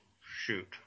shoot